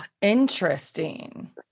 Interesting